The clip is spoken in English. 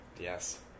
Yes